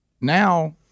now